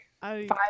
five